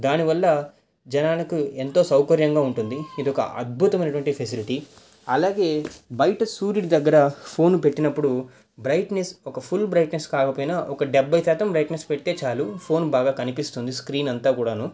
దానివల్ల జనానుకు ఎంతో సౌకర్యంగా ఉంటుంది ఇది ఒక అద్భుతమైనటువంటి ఫెసిలిటీ అలాగే బయట సూర్యుడు దగ్గర ఫోన్ పెట్టినప్పుడు బ్రయిట్నెస్ ఒక ఫుల్ బ్రయిట్నెస్ కాకపోయినా ఒక డెబ్బై శాతం బ్రయిట్నెస్ పెడితే చాలు ఫోన్ బాగా కనిపిస్తుంది స్క్రీన్ అంతా కూడాను